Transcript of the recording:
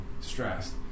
stressed